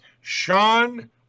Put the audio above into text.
Sean